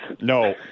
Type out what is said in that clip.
No